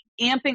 amping